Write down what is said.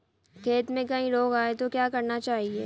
खेत में कोई रोग आये तो क्या करना चाहिए?